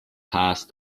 passed